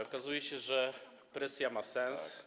Okazuje się, że presja ma sens.